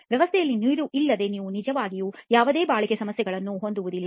ವ್ಯವಸ್ಥೆಯಲ್ಲಿ ನೀರು ಇಲ್ಲದೆ ನೀವು ನಿಜವಾಗಿಯೂ ಯಾವುದೇ ಬಾಳಿಕೆ ಸಮಸ್ಯೆಗಳನ್ನು ಹೊಂದಿರುವುದಿಲ್ಲ